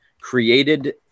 created